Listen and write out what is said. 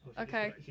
Okay